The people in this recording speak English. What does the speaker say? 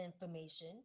information